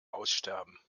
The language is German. aussterben